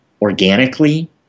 organically